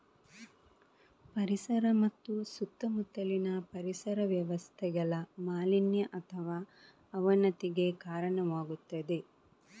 ಪರಿಸರ ಮತ್ತು ಸುತ್ತಮುತ್ತಲಿನ ಪರಿಸರ ವ್ಯವಸ್ಥೆಗಳ ಮಾಲಿನ್ಯ ಅಥವಾ ಅವನತಿಗೆ ಕಾರಣವಾಗುತ್ತದೆ